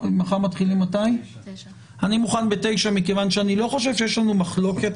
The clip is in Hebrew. מכיוון שאני לא חושב שיש לנו מחלוקת